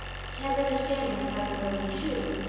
i can't understand what has happened to ling chu.